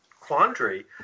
quandary